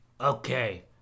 Okay